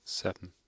Seven